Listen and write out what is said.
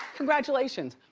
congratulations.